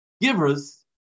givers